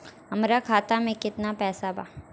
हमरा खाता मे केतना पैसा बा?